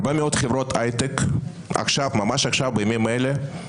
על זה הוא כבר